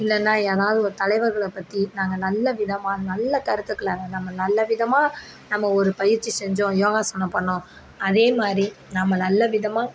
இல்லைன்னா ஏதாவது ஒரு தலைவர்களை பற்றி நாங்கள் நல்ல விதமாக நல்ல கருத்துக்களை நம்ம நல்ல விதமாக நம்ம ஒரு பயிற்சி செஞ்சோம் யோகாசனம் பண்ணிணோம் அதேமாதிரி நாம் நல்ல விதமாக